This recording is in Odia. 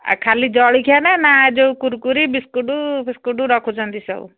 ଖାଲି ଜଳଖିଆ ନା ନା ଯୋଉ କୁରୁକୁରେ ବିସ୍କୁଟ୍ ଫିସ୍କୁଟ୍ ରଖୁଛନ୍ତି ସବୁ